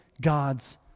God's